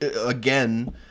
again